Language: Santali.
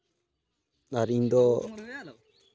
ᱟᱨ ᱤᱧᱫᱚ